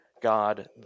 God